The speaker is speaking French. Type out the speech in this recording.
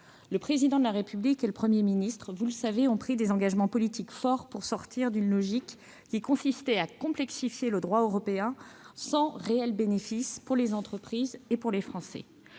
Le Président de la République et le Premier ministre, vous le savez, ont pris des engagements politiques forts pour sortir d'une logique qui consistait à complexifier le droit européen sans apporter de réels bénéfices aux entreprises et aux Français.